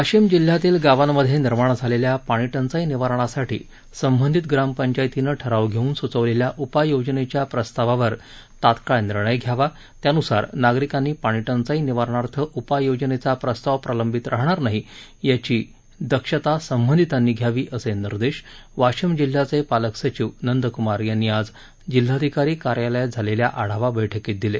वाशिम जिल्ह्यातील गावामध्ये निर्माण झालेल्या पाणी टंचाई निवारणासाठी संबंधित ग्रामपंचायतीन ठराव घेवून सुचविलेल्या उपाययोजनेच्या प्रस्तावावर तात्काळ निर्णय घ्यावा त्यान्सार नागरिकांनी पाणी टंचाई निवारणार्थ उपाययोजनेचा प्रस्ताव प्रलंबित राहणार नाही याची दक्षता संबधितांनी घ्यावी असे निर्देश वाशिम जिल्ह्याचे पालक सचिव नंदकमार यांनी आज जिल्हाधिकारी कार्यालयात झालेल्या आढावा बैठकीत दिले